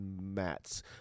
Mats